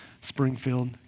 Springfield